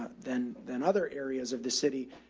than, than other areas of the city.